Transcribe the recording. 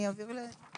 אני אעביר לאדוני.